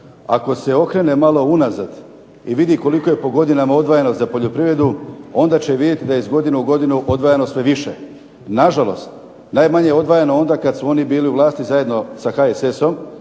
Ako se okrene malo unazad i vidi koliko je po godinama odvajano za poljoprivredu onda će vidjeti da je iz godine u godinu odvajano sve više. Nažalost, najmanje je odvajano onda kad su oni bili u vlasti zajedno sa HSS-om.